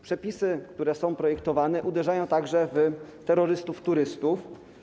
Przepisy, które są projektowane, uderzają także w terrorystów turystów.